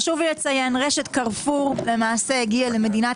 חשוב לציין שרשת קרפור למעשה הגיעה למדינת